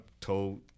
told